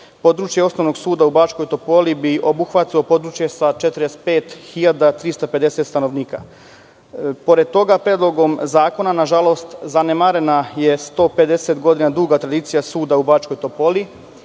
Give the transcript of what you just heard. područje osnovnog suda u Bačkoj Topoli bi obuhvatilo područje sa 45.350 stanovnika. Pored toga, Predlogom zakona, nažalost, zanemarena je 150 godina duga tradicija suda u Bačkoj Topoli,